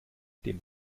den